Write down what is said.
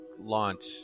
launch